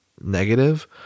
negative